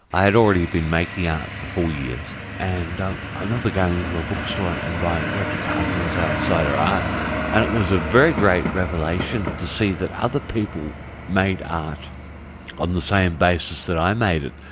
i had already been making art ah for four years and i remember going into a bookstore and buying roger cardinal's outsider art and it was a very great revelation to see that other people made art on the same basis that i made it.